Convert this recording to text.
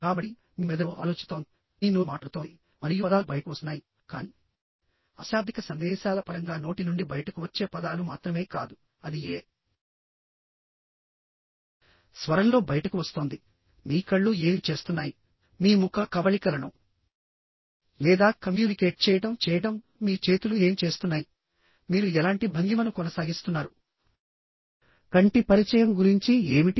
కాబట్టి మీ మెదడు ఆలోచిస్తోంది మీ నోరు మాట్లాడుతోంది మరియు పదాలు బయటకు వస్తున్నాయి కానీ అశాబ్దిక సందేశాల పరంగా నోటి నుండి బయటకు వచ్చే పదాలు మాత్రమే కాదు అది ఏ స్వరంలో బయటకు వస్తోంది మీ కళ్ళు ఏమి చేస్తున్నాయి మీ ముఖ కవళికలను లేదా కమ్యూనికేట్ చేయడం చేయడంమీ చేతులు ఏమి చేస్తున్నాయి మీరు ఎలాంటి భంగిమను కొనసాగిస్తున్నారు కంటి పరిచయం గురించి ఏమిటి